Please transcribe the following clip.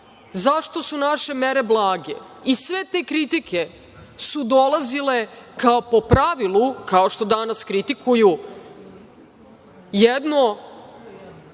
zašto su naše mere blage i sve te kritike su dolazile kao po pravilu, kao što danas kritikuju jedno